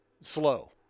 slow